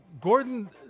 Gordon